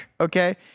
Okay